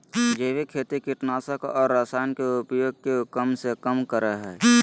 जैविक खेती कीटनाशक और रसायन के उपयोग के कम से कम करय हइ